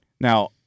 Now